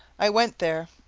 i went there,